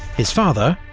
his father,